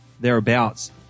thereabouts